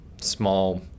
small